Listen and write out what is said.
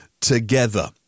together